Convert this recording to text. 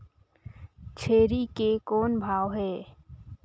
छेरी के कौन भाव हे?